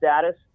status